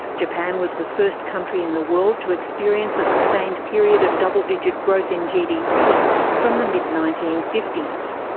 japan was the first country in the world to experience a sustained period of double-digit growth in gdp from the mid nineteen fifty s.